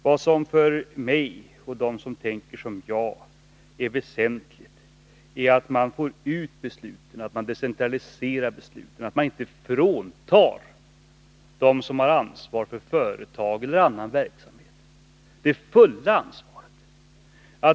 Vad som för mig och dem som tänker som jag är väsentligt är att man för ut besluten, att man decentraliserar besluten, att man inte fråntar dem som har ansvar för företag eller annan verksamhet det fulla ansvaret.